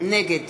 נגד